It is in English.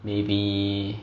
maybe